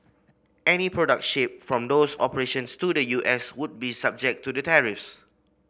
any products shipped from those operations to the U S would be subject to the tariffs